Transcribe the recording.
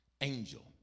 angel